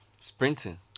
sprinting